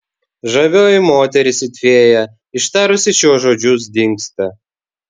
žavioji moteris it fėja ištarusi šiuos žodžius dingsta